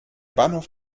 bahnhof